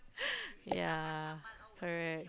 yeah correct